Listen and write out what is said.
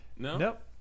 Nope